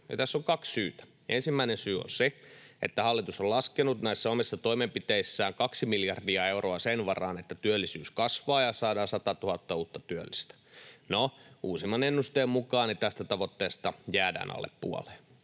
Tähän on kaksi syytä: Ensimmäinen syy on se, että hallitus on laskenut näissä omissa toimenpiteissään kaksi miljardia euroa sen varaan, että työllisyys kasvaa ja saadaan 100 000 uutta työllistä. No, uusimman ennusteen mukaan tästä tavoitteesta jäädään alle puoleen.